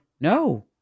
No